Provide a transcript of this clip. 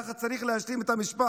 ככה צריך להשלים את המשפט.